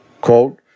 quote